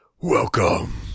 Welcome